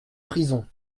prison